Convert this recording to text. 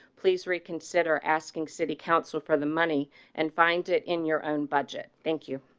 please reconsider asking city council for the money and find it in your own budget. thank you